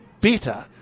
better